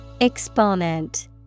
Exponent